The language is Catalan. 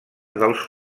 dels